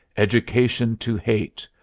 education to hate.